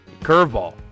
curveball